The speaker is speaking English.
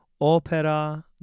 opera